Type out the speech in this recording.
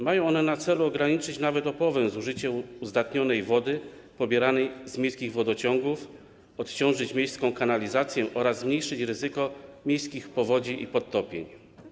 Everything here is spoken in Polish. Ma to na celu ograniczenie nawet o połowę zużycia uzdatnionej wody pobieranej z miejskich wodociągów, odciążenie miejskiej kanalizacji oraz zmniejszenie ryzyka miejskich powodzi i podtopień.